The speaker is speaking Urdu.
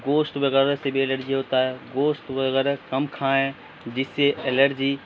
گوشت وغیرہ سے بھی الرجی ہوتا ہے گوشت وغیرہ کم کھائیں جس سے الرجی